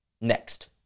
Next